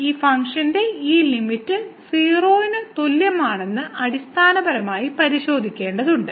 ഈ ഫംഗ്ഷന്റെ ഈ ലിമിറ്റ് 0 ന് തുല്യമാണെന്ന് അടിസ്ഥാനപരമായി പരിശോധിക്കേണ്ടതുണ്ട്